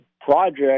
project